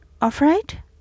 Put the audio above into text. afraid